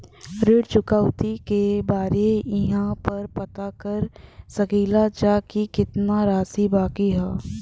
ऋण चुकौती के बारे इहाँ पर पता कर सकीला जा कि कितना राशि बाकी हैं?